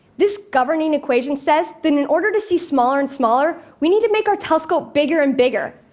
this governing equation says that in order to see smaller and smaller, we need to make our telescope bigger and bigger.